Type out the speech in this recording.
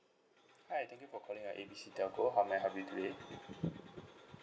hi thank you for calling uh A B C telco how may I help you today